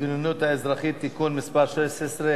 מסוכנים במשרד להגנת הסביבה.